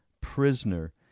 prisoner